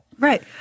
Right